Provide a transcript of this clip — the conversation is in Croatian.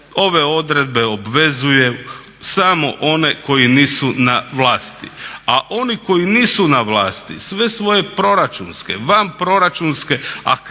Ove odredbe obvezuju samo one koji nisu na vlasti, a oni koji nisu na vlasti sve svoje proračunske, vanproračunske